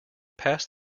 passed